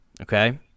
Okay